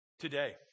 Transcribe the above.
Today